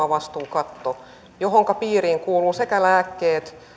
omavastuukatto jonka piiriin kuuluvat sekä lääkkeet